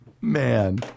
Man